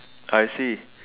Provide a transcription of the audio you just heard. I see